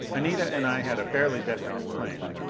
anita and i had a fairly definite plan.